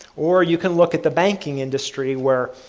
or you can look at the banking industry where,